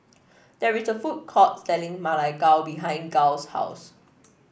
there is a food court selling Ma Lai Gao behind Giles' house